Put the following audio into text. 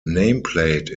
nameplate